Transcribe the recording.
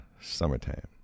Summertime